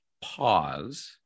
pause